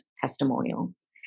testimonials